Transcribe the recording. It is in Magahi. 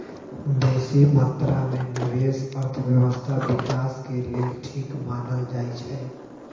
बेशी मत्रा में निवेश अर्थव्यवस्था विकास के लेल ठीक मानल जाइ छइ